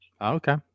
Okay